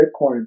Bitcoin